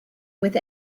with